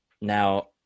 now